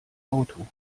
auto